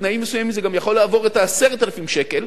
בתנאים מסוימים זה גם יכול לעבור את 10,000 השקל,